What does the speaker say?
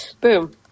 Boom